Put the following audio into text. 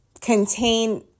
contain